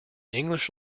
english